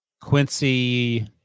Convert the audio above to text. Quincy